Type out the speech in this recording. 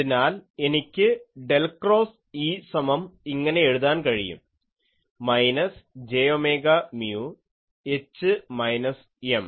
അതിനാൽ എനിക്ക് del cross E സമം ഇങ്ങനെ എഴുതാൻ കഴിയും minus J omega mu H minus M